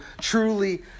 truly